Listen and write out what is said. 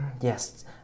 Yes